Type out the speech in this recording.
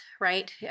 right